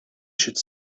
should